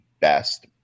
best